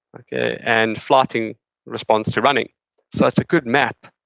and flighting responds to running so, it's a good map,